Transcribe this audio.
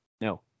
No